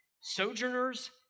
Sojourners